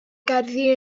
gerddi